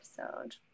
episode